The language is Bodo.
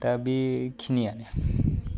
दा बेखिनियानो